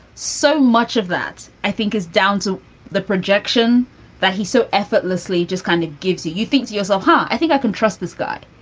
so much of that, i think, is down to the projection that he so effortlessly just kind of gives you. you think to yourself, huh? i think i can trust this guy.